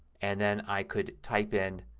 and then i could type in